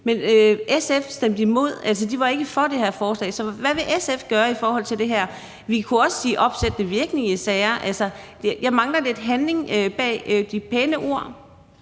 Men SF stemte imod, altså de var ikke for det her forslag, så hvad vil SF gøre i forhold til det her? Vi kunne også sige opsættende virkning i sager. Jeg mangler lidt handling bag de pæne ord.